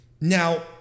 Now